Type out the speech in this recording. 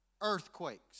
Earthquakes